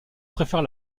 préfère